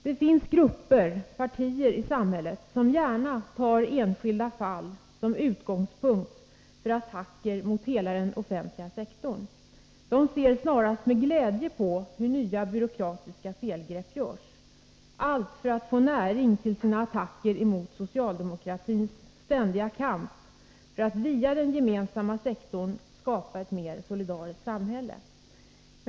Det finns grupper — partier — i samhället som gärna tar enskilda fall som utgångspunkt för attacker mot hela den offentliga sektorn. De ser snarast med glädje hur nya byråkratiska felgrepp görs — allt för att få näring till sina attacker emot socialdemokratins ständiga kamp för att via den gemensamma sektorn skapa ett mer solidariskt samhälle.